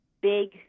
big